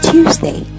Tuesday